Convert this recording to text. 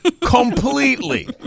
Completely